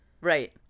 Right